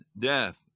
death